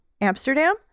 Amsterdam